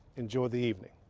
enjoy the evening.